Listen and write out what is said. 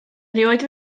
erioed